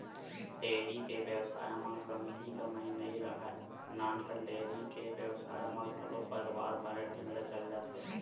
dairy के बेवसाय म कमती कमई नइ राहय, नानकन डेयरी के बेवसाय म घलो परवार बने ढंग ले चल जाथे